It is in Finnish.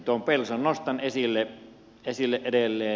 tuon pelson nostan esille edelleen